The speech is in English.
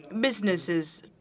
businesses